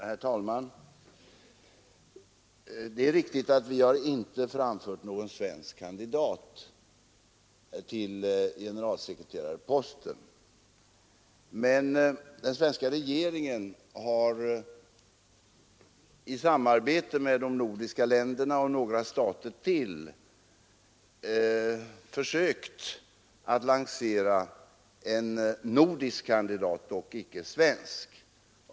Herr talman! Det är riktigt att vi inte framfört någon svensk kandidat till generalsekreterarposten. Men den svenska regeringen har i samarbete med de andra nordiska länderna och några stater till försökt att lansera en nordisk kandidat, icke svensk.